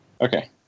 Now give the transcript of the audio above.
Okay